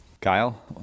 Kyle